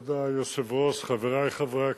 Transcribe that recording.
כבוד היושב-ראש, חברי חברי הכנסת,